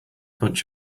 bunch